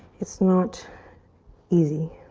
it's not easy.